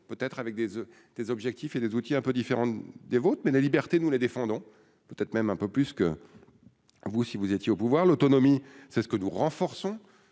peut-être avec des oeufs, des objectifs et des outils un peu différentes des vôtres, mais la liberté, nous les défendons, peut-être même un peu plus que. Vous si vous étiez au pouvoir, l'autonomie, c'est ce que nous renforçons